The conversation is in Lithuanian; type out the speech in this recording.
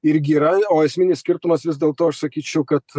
irgi yra o esminis skirtumas vis dėlto aš sakyčiau kad